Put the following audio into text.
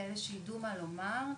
כאלה שידעו מה לומר,